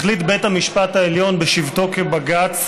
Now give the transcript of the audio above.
החליט בית המשפט העליון בשבתו כבג"ץ